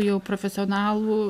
jau profesionalų